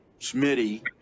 Smitty